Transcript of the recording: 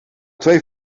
twee